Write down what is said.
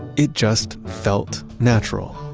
it just felt natural.